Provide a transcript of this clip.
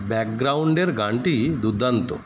ব্যাকগ্রাউন্ডের গানটি দুর্দান্ত